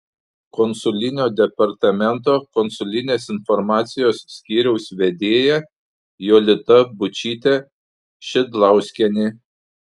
konsulinio departamento konsulinės informacijos skyriaus vedėja jolita būčytė šidlauskienė